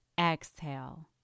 Exhale